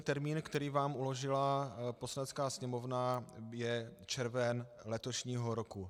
Termín, který vám uložila Poslanecká sněmovna, je červen letošního roku.